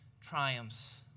triumphs